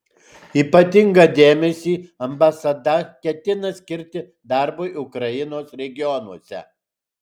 ypatingą dėmesį ambasada ketina skirti darbui ukrainos regionuose